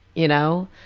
you know,